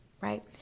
Right